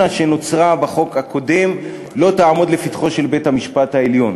שנוצרה בחוק הקודם לא תעמוד לפתחו של בית-המשפט העליון.